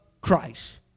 Christ